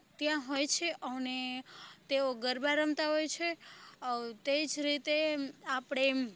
ત્યાં હોય છે અને તેઓ ગરબા રમતા હોય છે તે જ રીતે આપણે